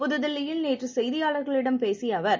புதுதில்லியில் நேற்று செய்தியாளர்களிடம் பேசிய அவர்